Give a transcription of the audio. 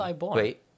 Wait